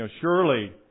surely